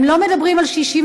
הם לא מדברים על 67',